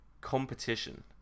competition